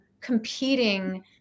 competing